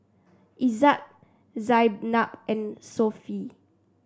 Izzat Zaynab and Sofea